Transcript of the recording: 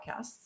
Podcasts